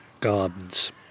gardens